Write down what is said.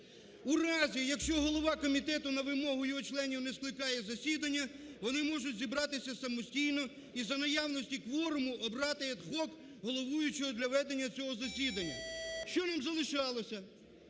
У разі якщо голова комітету на вимогу його членів не скликає засідання, вони можуть зібратися самостійно і за наявності кворуму обрати ad hoc головуючого для ведення цього засідання. Що нам залишалися?